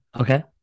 Okay